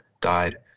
died